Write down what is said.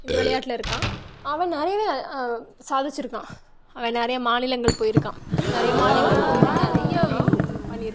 இந்த விளையாட்டில் இருக்கான் அவன் நிறையாவே சாதிச்சிருக்கான் அவன் நிறையா மாநிலங்கள் போயிருக்கான் நிறையா மாநிலங்கள் போயிட்டு நிறையா வின் பண்ணிருக்கான்